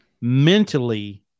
Mentally